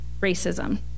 racism